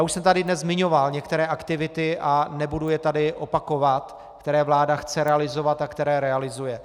Už jsem tady dnes zmiňoval některé aktivity a nebudu je tady opakovat, které vláda chce realizovat a které realizuje.